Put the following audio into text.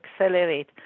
accelerate